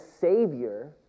savior